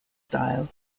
style